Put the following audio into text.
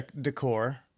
decor